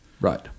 Right